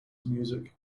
music